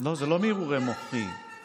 אתה קורא מילה